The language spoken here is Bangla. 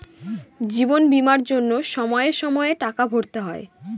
জীবন বীমার জন্য সময়ে সময়ে টাকা ভরতে হয়